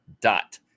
dot